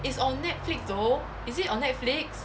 it's on netflix though is it on netflix